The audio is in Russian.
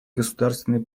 государственной